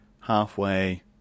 halfway